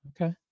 Okay